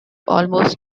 almost